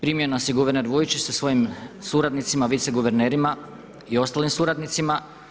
Primio nas je guverner Vujčić sa svojim suradnicima viceguvernerima i ostalim suradnicima.